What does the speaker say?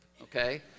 okay